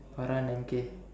Farah and M_K